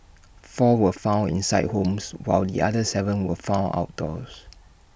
four were found inside homes while the other Seven were found outdoors